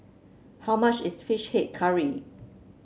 how much is fish head curry